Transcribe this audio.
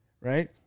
right